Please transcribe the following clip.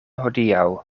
hodiaŭ